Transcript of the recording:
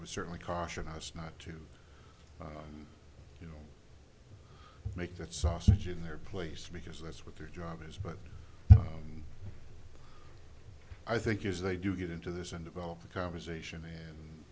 would certainly caution us not to you know make that sausage in their place because that's what their job is but i think is they do get into this and develop a conversation and